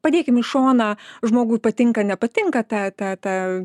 padėkim į šoną žmogui patinka nepatinka tą tą tą